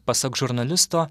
pasak žurnalisto